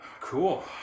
Cool